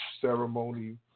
ceremony